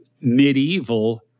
medieval